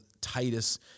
Titus